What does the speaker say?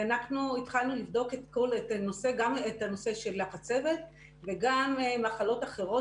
ואנחנו התחלנו לבדוק את נושא החצבת וגם מחלות אחרות